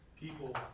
people